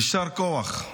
יישר כוח,